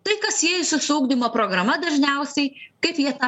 tai kas siejasi ugdymo programa dažniausiai kaip jie tą